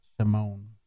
Simone